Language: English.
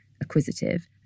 acquisitive